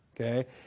okay